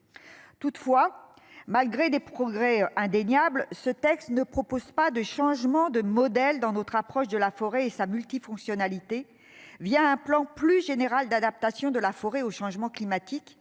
Toutefois malgré des progrès indéniables, ce texte ne propose pas de changement de modèle dans notre approche de la forêt et sa multifonctionnalité via un plan plus général d'adaptation de la forêt aux changements climatiques